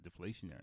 deflationary